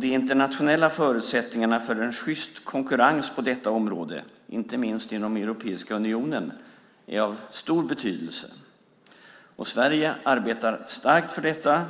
De internationella förutsättningarna för en sjyst konkurrens på detta område, inte minst inom Europeiska unionen, är av stor betydelse. Och Sverige arbetar starkt för detta.